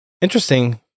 Interesting